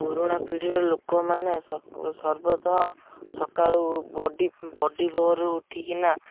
ପୁରୁଣା ପିଢ଼ିର ଲୋକମାନେ ସର୍ବତଃ ସକାଳୁ ବଡ଼ି ବଡ଼ି ଭୋରରୁ ଉଠିକିନା